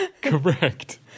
correct